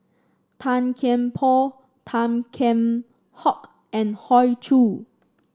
Tan Kian Por Tan Kheam Hock and Hoey Choo